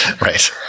Right